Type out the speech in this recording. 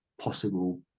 possible